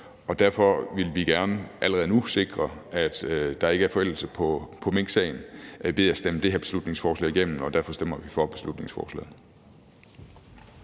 Derfor vil vi gerne allerede nu sikre, at der ikke kan blive en forældelse i minksagen, ved at stemme det her beslutningsforslag igennem. Derfor stemmer vi for beslutningsforslaget.